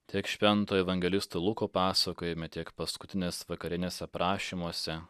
tik švento evangelisto luko pasakojime tiek paskutinės vakarinės aprašymuose